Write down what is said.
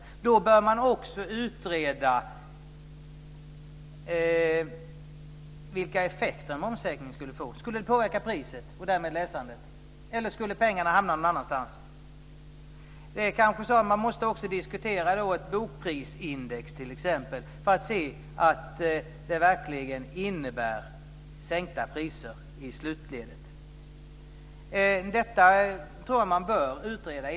Då bör också utredas vilka effekter en momssänkning skulle få. Skulle det påverka priset och därmed läsandet? Eller skulle pengarna hamna någon annanstans? Man måste kanske diskutera t.ex. ett bokprisindex, för att se att det verkligen innebär sänkta priser i slutledet. Det bör utredas.